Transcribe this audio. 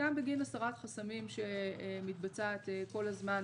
וגם בגין הסרת חסמים שמתבצעת כל הזמן